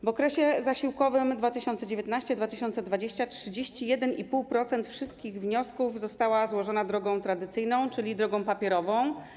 W okresie zasiłkowym 2019-2020 31,5% wszystkich wniosków zostało złożonych drogą tradycyjną, czyli drogą papierową.